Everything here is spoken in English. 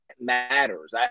matters